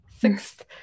sixth